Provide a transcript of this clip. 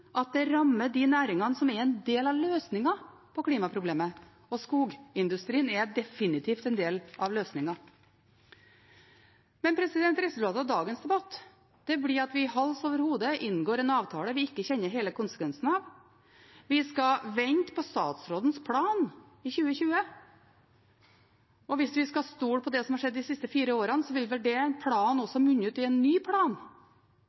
at det rammer de næringene som er en del av løsningen på klimaproblemet, og skogindustrien er definitivt en del av løsningen. Resultatet av dagens debatt blir at vi hals over hode inngår en avtale vi ikke kjenner hele konsekvensen av. Vi skal vente på statsrådens plan i 2020, og hvis vi skal stole på det som har skjedd de siste fire årene, vil den planen munne ut i en ny plan